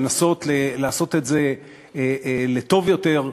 לנסות לעשות את זה לטוב יותר,